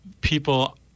people